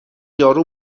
دارو